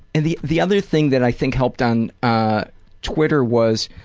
and the the other thing that i think helped on ah twitter was